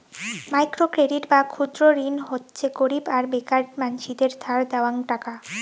micro credit বা ক্ষুদ্র ঋণ হচ্যে গরীব আর বেকার মানসিদের ধার দেওয়াং টাকা